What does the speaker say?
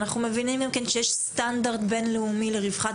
אנחנו מבינים שיש סטנדרט בין-לאומי לרווחת